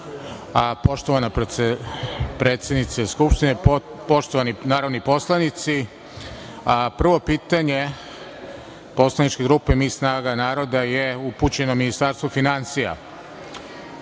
Poštovana predsednice Skupštine, poštovani narodni poslanici, prvo pitanje Poslaničke grupe MI – Snaga naroda je upućeno Ministarstvu finansija.